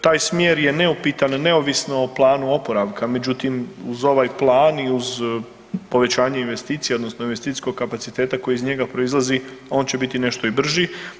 Taj smjer je neupitan neovisno o Planu oporavka, međutim, uz ovaj Plan i uz povećanje investicija, odnosno investicijskog kapaciteta koji iz njega proizlazi, on će biti nešto i brži.